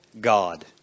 God